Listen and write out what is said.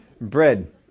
Bread